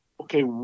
okay